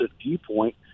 viewpoint